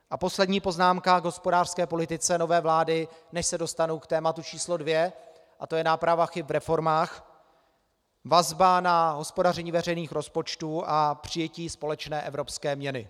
A poslední poznámka k hospodářské politice nové vlády, než se dostanu k tématu č. 2, a to je náprava chyb v reformách, vazba na hospodaření veřejných rozpočtů a přijetí společné evropské měny.